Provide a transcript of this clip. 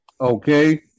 Okay